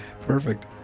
Perfect